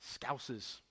Scousers